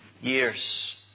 years